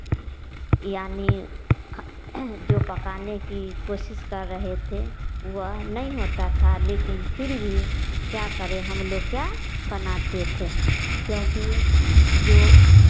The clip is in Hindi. यानी जो पकाने की कोशिश कर रहे थे वह नहीं होता था लेकिन फिर भी क्या करें हम लोग क्या बनाते थे क्योंकि जो